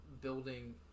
building